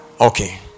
Okay